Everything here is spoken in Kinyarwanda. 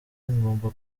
ngomba